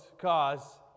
cause